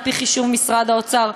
על-פי חישוב משרד האוצר,